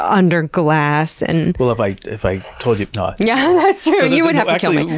under glass? and well, if i if i told you. but yeah that's true, you would have to kill me.